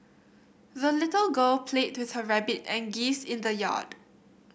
the little girl played with her rabbit and geese in the yard